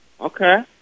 Okay